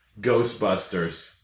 Ghostbusters